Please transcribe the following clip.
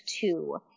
two